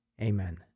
Amen